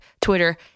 Twitter